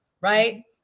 right